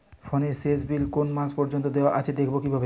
ফোনের শেষ বিল কোন মাস পর্যন্ত দেওয়া আছে দেখবো কিভাবে?